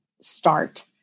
start